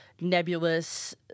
nebulous